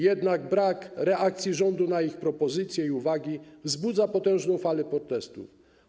Jednak brak reakcji rządu na ich propozycje i uwagi wzbudza potężną falę protestów.